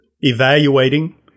evaluating